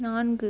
நான்கு